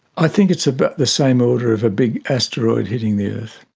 i think it's about the same order of a big asteroid hitting the earth.